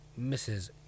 Mrs